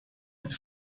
het